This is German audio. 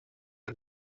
der